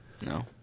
No